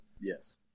Yes